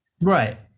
right